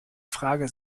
frage